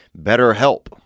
BetterHelp